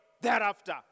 thereafter